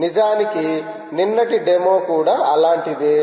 నిజానికి నిన్నటి డెమో కూడా అలాంటిదే